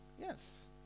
Yes